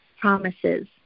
promises